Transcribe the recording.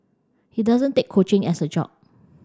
he doesn't take coaching as a job